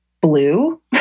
Blue